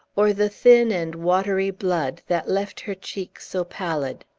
or the thin and watery blood that left her cheek so pallid.